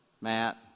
Matt